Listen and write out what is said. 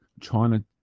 China